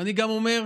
ואני גם אומר: